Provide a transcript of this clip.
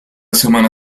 semana